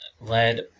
lead